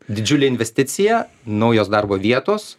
didžiulė investicija naujos darbo vietos